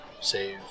save